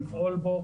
לפעול בו,